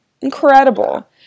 Incredible